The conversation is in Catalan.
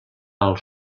als